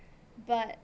but